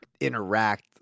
interact